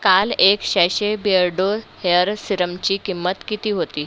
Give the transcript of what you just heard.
काल एक sachet Beardo hair सीरमची किंमत किती होती